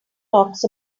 talks